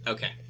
Okay